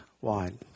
wide